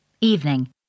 Evening